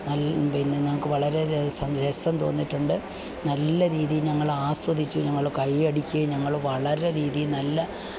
നല് പിന്നെ നമ്മള്ക്ക് വളരെ രേസം രസം തോന്നിയിട്ടുണ്ട് നല്ല രീതീ ഞങ്ങളാസ്വദിച്ചു ഞങ്ങള് കൈയ്യടിക്കുകയും ഞങ്ങള് വളരെ രീതീ നല്ല